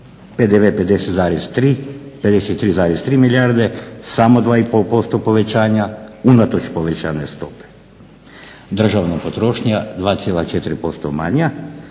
PDV 50,3, 53,3 milijarde, samo 2 i pol posto povećanja unatoč povećanoj stopi. Državna potrošnja 2,4% manja